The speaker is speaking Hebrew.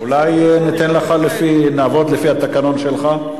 אולי נעבוד לפי התקנון שלך?